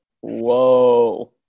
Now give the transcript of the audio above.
whoa